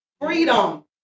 Freedom